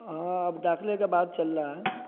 ہاں اب داخلے کا بات چل رہا ہے